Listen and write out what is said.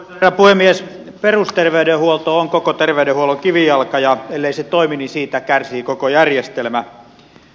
perusterveydenhuolto on koko terveydenhuollon kivijalka ja ellei se toimi siitä kärsii koko järjestelmä